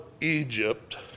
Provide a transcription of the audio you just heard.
Egypt